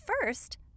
first